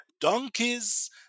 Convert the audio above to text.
donkeys